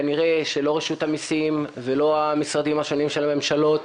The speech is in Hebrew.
כנראה שלא רשות המסים ולא משרדי הממשלה השונים